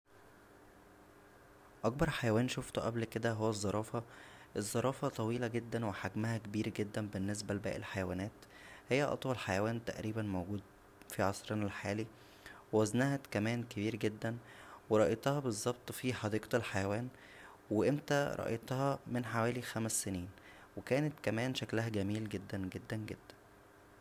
اكبر حيوان شوفته قبل كدا هو الزرافه الزرافه طويله جدا وحجمها كبير جدا بالنسبه لباقى الحيوانات هى اطول حيوان تقريبا موجود فى عصرنا الحالى و وزنها كمان كبير جدا ورايتها بظبط فى حديقة الحيوان و امتى رايتها من حوالى خمس سنين و كانت كمان شكلها جميل جدا جدا جدا